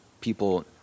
people